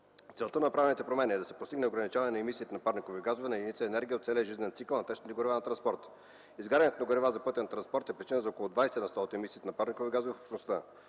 Целта на направените промени е да се постигне ограничаване на емисиите на парникови газове на единица енергия от целия жизнен цикъл на течните горива за транспорта. Изгарянето на горива за пътен транспорт е причина за около 20 на сто от емисиите на парникови газове в Общността.